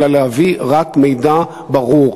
אלא להביא רק מידע ברור,